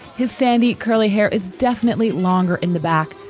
his sandy curly hair is definitely longer in the back,